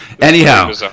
Anyhow